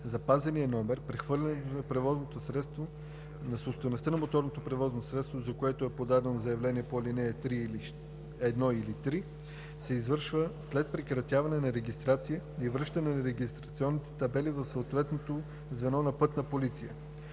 запазения номер, прехвърлянето на собствеността на моторно превозно средство, за което е подадено заявление по ал. 1 или 3, се извършва след прекратяване на регистрацията и връщане на регистрационните табели в съответното звено на „Пътна полиция“.